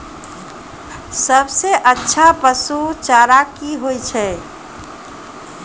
सबसे अच्छा पसु चारा की होय छै?